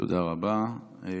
תודה רבה.